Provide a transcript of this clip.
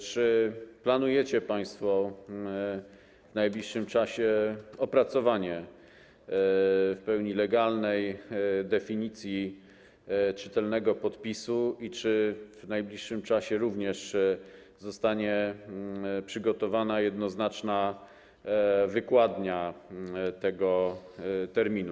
Czy planujecie państwo w najbliższym czasie opracowanie w pełni legalnej definicji czytelnego podpisu i czy w najbliższym czasie również zostanie przygotowana jednoznaczna wykładnia tego terminu?